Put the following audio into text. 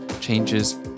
changes